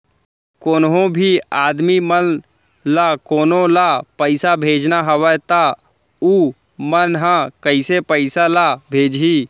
कोन्हों भी आदमी मन ला कोनो ला पइसा भेजना हवय त उ मन ह कइसे पइसा ला भेजही?